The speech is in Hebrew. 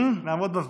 נעמוד בזמנים.